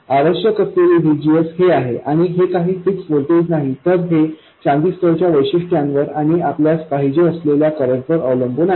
आवश्यक असलेले VGS हे आहे हे काही फिक्स व्होल्टेज नाही तर हे ट्रान्झिस्टरच्या वैशिष्ट्यांवर आणि आपल्यास पाहिजे असलेल्या करंट वर अवलंबून आहे